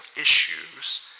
issues